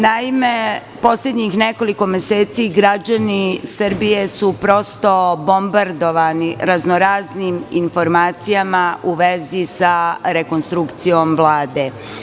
Naime, poslednjih nekoliko meseci građani Srbije su prosto bombardovani raznoraznim informacijama u vezi sa rekonstrukcijom Vlade.